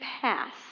pass